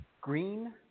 Green